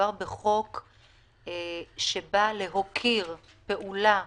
מדובר בחוק שבא להוקיר לאחר זמן